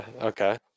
Okay